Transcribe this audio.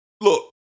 Look